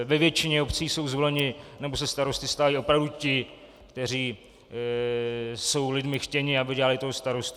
Ve většině obcí jsou zvoleni nebo se starosty stávají opravdu ti, kteří jsou lidmi chtění, aby dělali toho starostu.